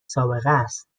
سابقست